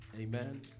Amen